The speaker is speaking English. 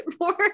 more